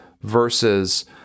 versus